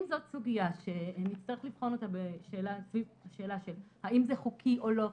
אם זאת סוגיה שנצטרך לבחון אותה סביב השאלה של האם זה חוקי או לא חוקי,